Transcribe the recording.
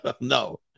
No